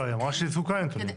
לא, היא אמרה שהיא זקוקה לנתונים.